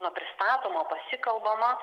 na pristatoma pasikalbama